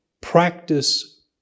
practice